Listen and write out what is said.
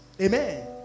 Amen